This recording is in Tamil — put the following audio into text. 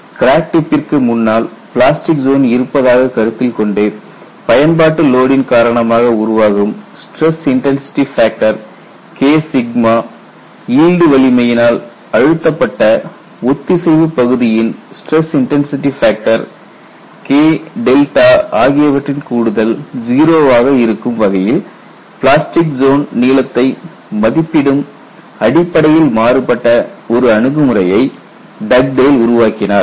கிராக் டிப்பிற்கு முன்னால் பிளாஸ்டிக் ஜோன் இருப்பதாக கருத்தில் கொண்டு பயன்பாட்டு லோடின் காரணமாக உருவாகும் stress intensity factor K yield வலிமையினால் அழுத்தப்பட்ட ஒத்திசைவு பகுதியின் ஸ்டிரஸ் இன்டன்சிடி ஃபேக்டர் K ஆகியவற்றின் கூடுதல் 0 ஆக இருக்கும் வகையில் பிளாஸ்டிக் ஜோன் நீளத்தை மதிப்பிடும் அடிப்படையில் மாறுபட்ட ஒரு அணுகுமுறையை டக்டேல் உருவாக்கினார்